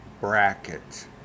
bracket